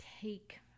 take